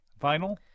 Vinyl